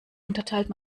unterteilt